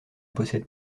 possède